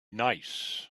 nice